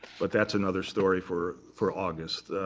but that's another story for for august.